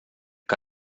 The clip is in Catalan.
que